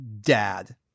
dad